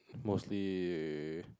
mostly